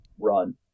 run